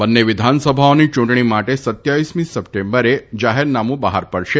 બંને વિધાનસભાઓની યૂંટણી માટે રહમી સપ્ટેમ્બરે જાહેરનામું બહાર પડશે